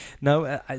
No